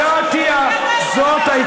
מי היה בממשלה הזאת?